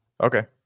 Okay